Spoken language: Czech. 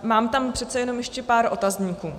Mám tam přece jen ještě pár otazníků.